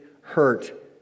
hurt